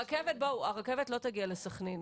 הרכבת לא תגיע לסחנין,